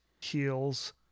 heals